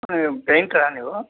ಹಾಂ ಪೈಂಟ್ರ ನೀವು